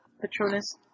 Patronus